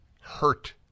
hurt